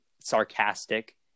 sarcastic